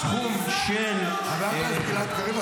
הסכום של --- חבר הכנסת גלעד קריב,